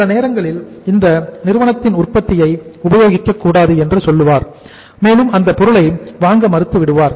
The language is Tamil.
சில நேரங்களில் இந்த நிறுவனத்தின் உற்பத்தியை உபயோகிக்க கூடாது என்று சொல்வார் மேலும் அந்த பொருளை வாங்க மறுத்துவிடுவார்